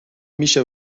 میشه